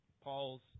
Paul's